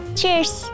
Cheers